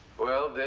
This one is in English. well, then,